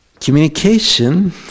Communication